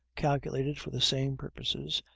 calculated for the same purposes,